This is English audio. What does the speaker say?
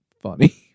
funny